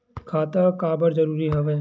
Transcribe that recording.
खाता का बर जरूरी हवे?